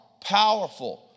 powerful